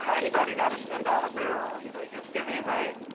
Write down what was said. anybody got a ten dollars bill, you know, you're just giving away?